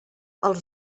als